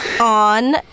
on